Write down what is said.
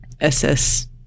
SS